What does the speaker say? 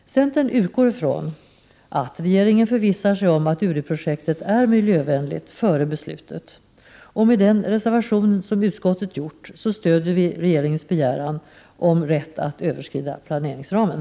Centern utgår ifrån att regeringen före beslut förvissar sig om att Uri-projektet är miljövänligt. Med den reservation som utskottet har gjort stöder vi regeringens begäran om rätt att överskrida planeringsramen.